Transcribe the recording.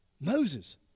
Moses